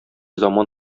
заман